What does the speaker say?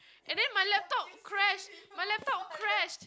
and then my laptop crashed my laptop crashed